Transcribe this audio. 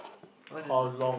what is it